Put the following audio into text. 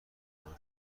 میشود